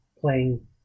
playing